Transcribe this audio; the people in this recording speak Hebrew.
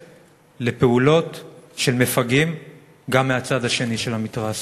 לפעולות של מפגעים גם מהצד השני של המתרס.